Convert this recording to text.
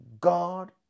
God